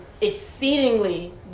exceedingly